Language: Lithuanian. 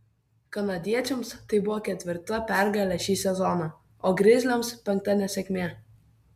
kanadiečiams tai buvo ketvirta pergalė šį sezoną o grizliams penkta nesėkmė